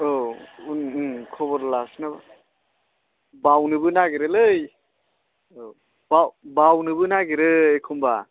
औ औ खबर लाफिनाबा बावनोबो नागिरोलै औ बावनोबो नागिरो एख'नबा